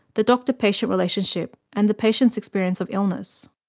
the doctor-patient relationship and the patient's experience of illness.